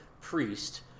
priest